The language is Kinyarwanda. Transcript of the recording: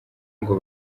ngo